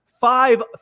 Five